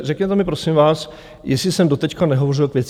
Řekněte mi, prosím vás, jestli jsem doteď nehovořil k věci?